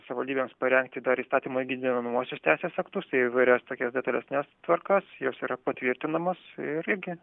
savivaldybėms parengti dar įstatymo įgyvenamuosius teisės aktus įvairias tokias detalesnes tvarkas jos yra patvirtinamos ir irgi